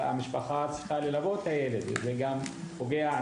וזה גם פוגע.